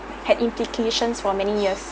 had implications for many years